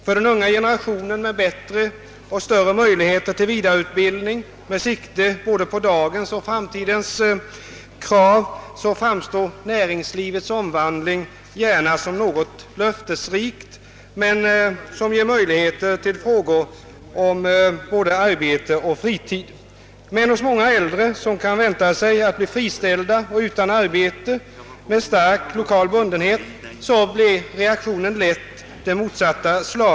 För den unga generationen med större möjligheter till vidareutbildning och med sikte både på dagens och framtidens krav framstår näringslivets omvandling lätt som något löftesrikt men också som något som ger anledning till frågor om såväl arbete som fritid. När det gäller många äldre med starkt lokal bundenhet, vilka kan vänta sig bli friställda, blir reaktionen lätt den motsatta.